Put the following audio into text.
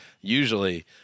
usually